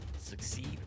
succeed